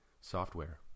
software